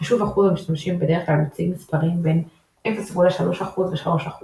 חישוב אחוז המשתמשים בדרך כלל מציג מספרים בין 0.3% ו־3%